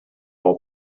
all